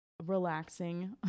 relaxing